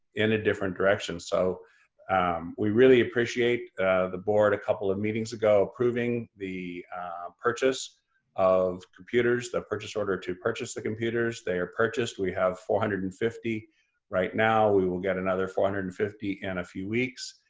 in a different direction. so um we really appreciate the board a couple of meetings ago approving the purchase of computers, that purchase order to purchase the computers they are purchased. we have four hundred and fifty right now, we will get another four hundred and fifty in and a few weeks.